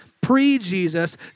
pre-Jesus